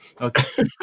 okay